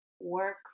work